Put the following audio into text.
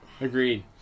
agreed